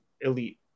elite